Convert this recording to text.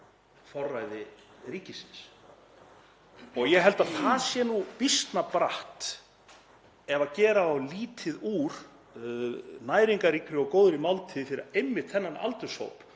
forræði ríkisins. Ég held að það sé nú býsna bratt ef gera á lítið úr næringarríkri og góðri máltíð fyrir einmitt þennan aldurshóp